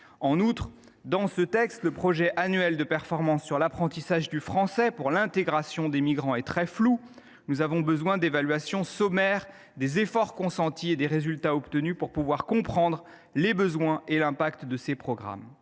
En outre, dans ce texte, le projet annuel de performance relatif à l’apprentissage du français comme vecteur d’intégration des migrants est très flou. Nous avons besoin d’une évaluation sommaire des efforts consentis et des résultats obtenus pour comprendre les besoins et les effets de ces programmes.